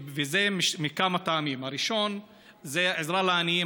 וזה מכמה טעמים: הראשון זה עזרה לעניים.